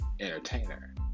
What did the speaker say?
entertainer